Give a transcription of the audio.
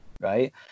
Right